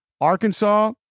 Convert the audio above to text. Arkansas